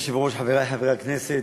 אדוני היושב-ראש, חברי חברי הכנסת,